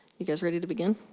you guys ready to begin?